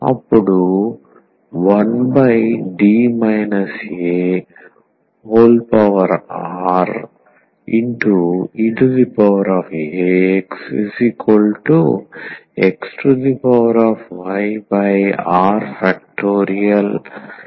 అప్పుడు 1D areaxxrr